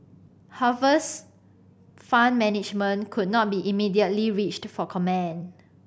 Harvest Fund Management could not be immediately reached for comment